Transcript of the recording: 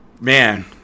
man